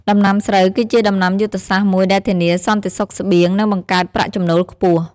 ដំណាំស្រូវគឺជាដំណាំយុទ្ធសាស្ត្រមួយដែលធានាសន្តិសុខស្បៀងនិងបង្កើតប្រាក់ចំណូលខ្ពស់។